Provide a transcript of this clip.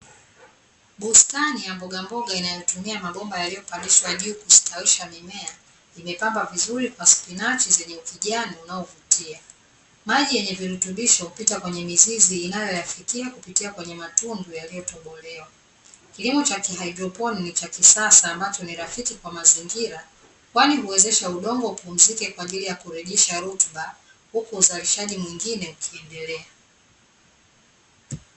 Bustani ya mbogamboga yanayotumia mabomba yalilyopandishwa juu kustawisha mimea, imepembwa vizuri kwa spinachi nzuri zenye ukijani inayovutia. Maji yenye virutubisho, hupitia kwenye mizizi inayoyafikia kupitia kwenye matundu yaliyotobolewa. Kilimo cha kihaidroponi ni cha kisasa, ambacho ni rafiki kwa mazingira kwani huwezesha udongo upunzike kwa ajili ya kurejesha rutuba, huku uzalishaji mwingine ukiendelea.